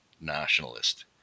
nationalist